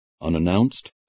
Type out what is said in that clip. unannounced